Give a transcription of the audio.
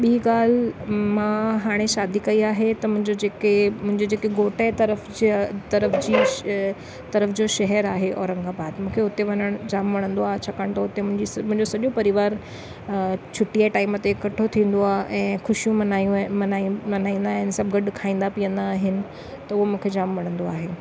ॿीं ॻाल्हि मां हाणे शादी कई आहे त मुंहिंजो जेके मुंहिंजो जेके घोट जे तरफ़ जी तरफ़ जीअं तरफ़ जो शहर आहे औरंगाबाद मूंखे हुते वञणु जाम वणंदो आहे छाकाणि त हुते मुंहिंजी मुंहिंजो सॼो परिवार छुटी जे टाइम ते इकठो थींदो आहे ऐं ख़ुशियूं मल्हायूं ऐं मल्हायूं मल्हाईंदा आहिनि सभु गॾु खाईंदा पीअंदा आहिनि त उहो मूंखे जाम वणंदो आहे